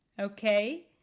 Okay